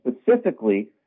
specifically